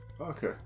Okay